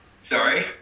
Sorry